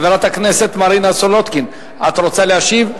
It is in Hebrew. חברת הכנסת מרינה סולודקין, את רוצה להשיב?